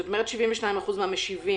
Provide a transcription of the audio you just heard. כשאת אומרת 72% מן המשיבים